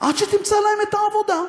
עד שתמצא להם את העבודה.